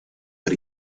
per